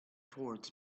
towards